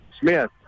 Smith